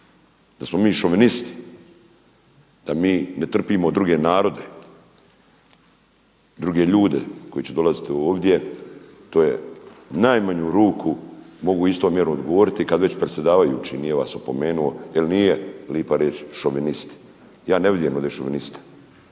da smo mi šovnisti, da mi ne trpimo druge narode, druge ljude koji će dolazit ovdje to je u najmanju ruku mogu u istoj mjeri odgovoriti kada već predsjedavajući nije vas opomenuo jel nije lipa riječ šovinist. Ja ne vidim ovdje šoviniste,